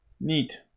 Neat